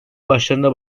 başlarında